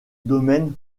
domaine